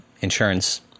insurance